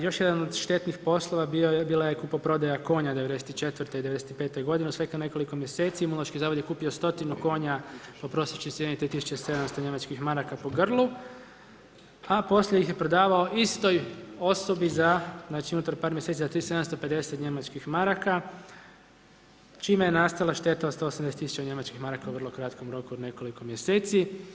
Još jedan od štetnih poslova bila je kupoprodaja konja '94. i '95. godine u svega nekoliko mjeseci Imunološki zavod je kupio stotinu konja po prosječnoj cijeni 3700 njemačkih maraka po grlu, a poslije ih je prodavao istoj osobi, unutar par mjeseci, za 3750 njemačkih maraka, čime je nastala šteta od 180 000 njemačkih maraka u vrlo kratkom roku od nekoliko mjeseci.